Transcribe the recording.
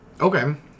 Okay